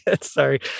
Sorry